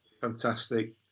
fantastic